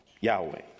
Yahweh